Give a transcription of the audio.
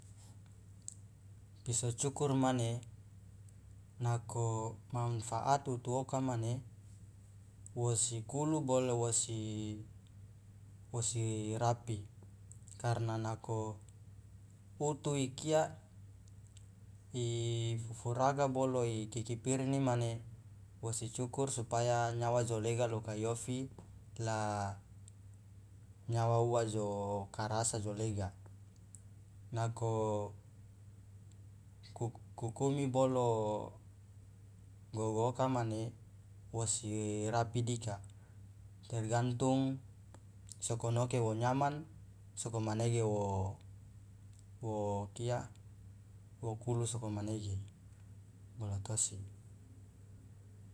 Piso cukur mane nako manfaat wutu oka mane wosi kulu bolo wosi wosi rapi karna nako utu ikia fufuraga bolo ikikipirini mane wosi cukur supaya nyawa jo lega lo kai ofi la nyawa uwa jo karasa jo lega nako kukumi bolo gogoka mane wosi rapi dika tergantung sokonoke wo nyaman sokomanege wo wo kia wo kulu sokomanege bolotosi.